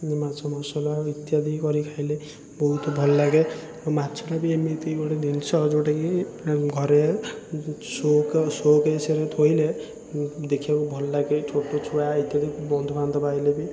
ମାଛ ମସଲା ଇତ୍ୟାଦି କରିକି ଖାଇଲେ ବହୁତ ଭଲ ଲାଗେ ମାଛଟା ବି ଏମିତି ଗୋଟେ ଜିନିଷ ଯେଉଁଟାକି ଘରେ ସୋ କେ ସୋକେସ୍ରେ ଥୋଇଲେ ଦେଖିବାକୁ ଭଲଲାଗେ ଛୋଟ ଛୁଆ ଇତ୍ୟାଦି ବନ୍ଧୁବାନ୍ଧବ ଆଇଲେ ବି